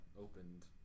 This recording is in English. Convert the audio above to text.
opened